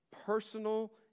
personal